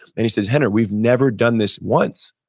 and he says, henry, we've never done this once.